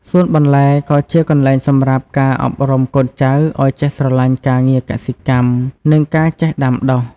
សួនបន្លែក៏ជាកន្លែងសម្រាប់ការអប់រំកូនចៅឱ្យចេះស្រឡាញ់ការងារកសិកម្ម និងការចេះដាំដុះ។